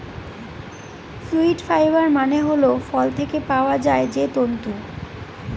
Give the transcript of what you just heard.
fruit fibre মানে হল ফল থেকে পাওয়া যায় যে তন্তু